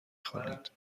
خوانید